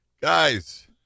guys